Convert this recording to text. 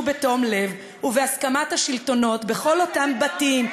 בתום לב ובהסכמת השלטונות בכל אותם בתים,